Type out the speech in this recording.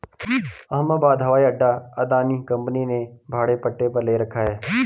अहमदाबाद हवाई अड्डा अदानी कंपनी ने भाड़े पट्टे पर ले रखा है